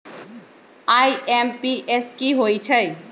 IMPS की होईछइ?